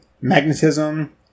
magnetism